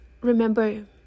remember